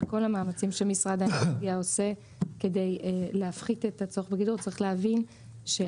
כל המאמצים שמשרד האנרגיה עושה כדי להפחית את הצורך בגידור הגידור